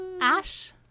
Ash